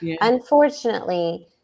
Unfortunately